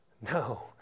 No